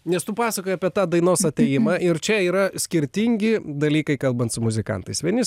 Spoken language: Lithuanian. nes tu pasakojai apie tą dainos atėjimą ir čia yra skirtingi dalykai kalbant su muzikantais vieni